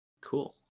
Cool